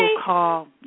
call